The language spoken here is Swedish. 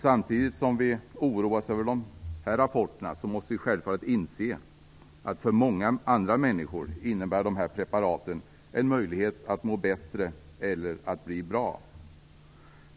Samtidigt som vi oroas över dessa rapporter måste vi inse att dessa preparat för många andra människor innebär en möjlighet att må bättre eller att bli bra.